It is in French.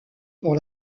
pour